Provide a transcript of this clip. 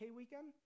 weekend